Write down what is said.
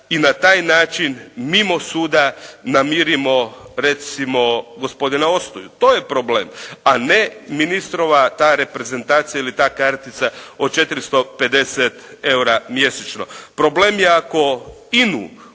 i na taj način mimo suda namirimo recimo gospodina Ostoju, to je problem. A ne ministrova ta reprezentacija ili ta kartica od 450 eura mjesečno. Problem je ako